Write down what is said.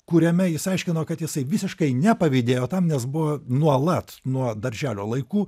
kuriame jis aiškino kad jisai visiškai nepavydėjo tam nes buvo nuolat nuo darželio laikų